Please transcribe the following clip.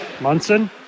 Munson